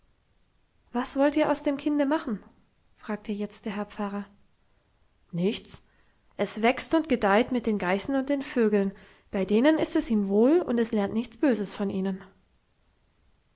was wollt ihr aus dem kinde machen fragte jetzt der herr pfarrer nichts es wächst und gedeiht mit den geißen und den vögeln bei denen ist es ihm wohl und es lernt nichts böses von ihnen